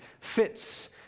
fits